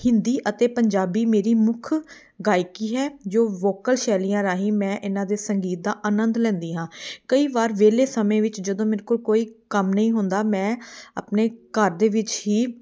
ਹਿੰਦੀ ਅਤੇ ਪੰਜਾਬੀ ਮੇਰੀ ਮੁੱਖ ਗਾਇਕੀ ਹੈ ਜੋ ਵੋਕਲ ਸ਼ੈਲੀਆਂ ਰਾਹੀ ਮੈਂ ਇਹਨਾਂ ਦੇ ਸੰਗੀਤ ਦਾ ਆਨੰਦ ਲੈਂਦੀ ਹਾਂ ਕਈ ਵਾਰ ਵਿਹਲੇ ਸਮੇਂ ਵਿੱਚ ਜਦੋਂ ਮੇਰੇ ਕੋਲ ਕੋਈ ਕੰਮ ਨਹੀਂ ਹੁੰਦਾ ਮੈਂ ਆਪਣੇ ਘਰ ਦੇ ਵਿੱਚ ਹੀ